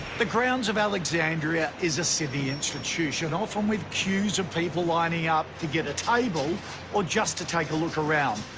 the grounds of alexandria is a city institution. often with queues of people lining up to get a table or just to take a look around.